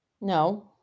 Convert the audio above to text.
No